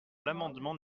l’amendement